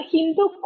Hindu